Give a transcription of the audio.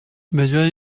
بجای